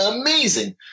amazing